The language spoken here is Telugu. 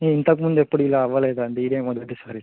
ఇంతక ముందు ఎప్పుడు ఇలా అవ్వలేదు అండి ఇదే మొదటి సారి